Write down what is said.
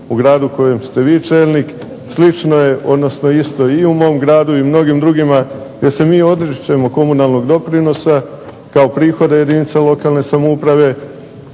u gradu kojem ste i vi čelnik. Slično je, odnosno isto i u mom gradu i u mnogim drugima gdje se mi odričemo komunalnog doprinosa kao prihoda jedinica lokalne samouprave,